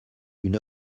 une